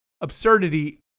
absurdity